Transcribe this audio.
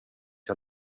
jag